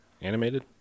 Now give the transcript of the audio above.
animated